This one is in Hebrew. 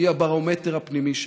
היא הברומטר הפנימי שלה,